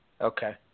Okay